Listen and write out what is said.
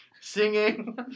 singing